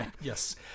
Yes